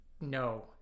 No